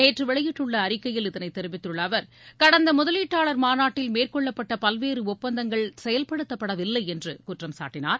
நேற்று வெளியிட்டுள்ள அறிக்கையில் இதனை தெரிவித்துள்ள அவர் கடந்த முதலீட்டாளர் மாநாட்டில் மேற்கொள்ளப்பட்ட பல்வேற ஒப்பந்தங்கள் செயல்படுத்தப்படவில்லை என்றும் குற்றம் சாட்டினார்